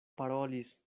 parolis